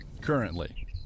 currently